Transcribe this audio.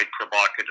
provocative